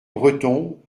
breton